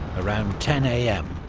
around ten am,